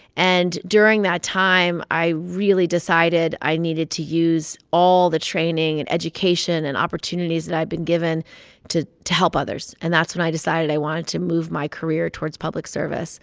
and during that time, i really decided i needed to use all the training and education and opportunities that i'd been given to to help others. and that's when i decided i wanted to move my career towards public service